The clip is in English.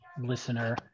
listener